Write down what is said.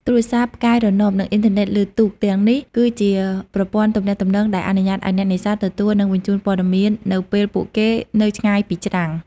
ទូរស័ព្ទផ្កាយរណប និងអ៊ីនធឺណិតលើទូក ទាំងនេះគឺជាប្រព័ន្ធទំនាក់ទំនងដែលអនុញ្ញាតឲ្យអ្នកនេសាទទទួល និងបញ្ជូនព័ត៌មាននៅពេលពួកគេនៅឆ្ងាយពីច្រាំង។